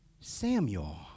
Samuel